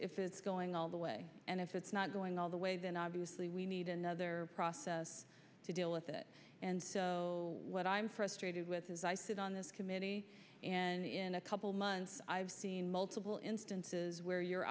if it's going all the way and if it's not going all the way then obviously we need another process to deal with it and so what i'm frustrated with is i sit on this committee and in a couple of months i've seen multiple instances where you